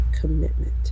commitment